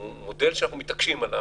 הוא מודל שאנחנו מתעקשים עליו,